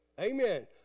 amen